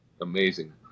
amazing